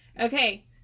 Okay